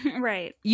right